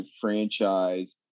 franchise